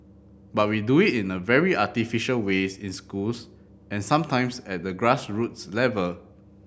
but we do it in a very artificial way in schools and sometimes at the grassroots level